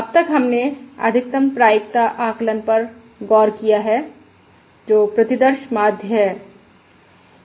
अब तक हमने अधिकतम प्रायिकता आकलन पर गौर किया है जो प्रतिदर्श माध्य है